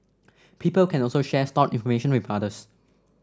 people can also share stored information with others